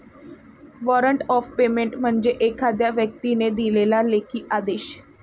warrant of payment म्हणजे एखाद्या व्यक्तीने दिलेला लेखी आदेश